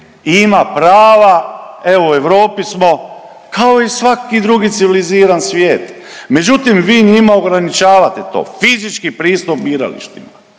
ima prava, evo u Europi smo, kao i svaki drugi civiliziran svijet, međutim, vi njima ograničavate to, fizički pristup biralištima.